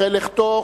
אחרי לכתו,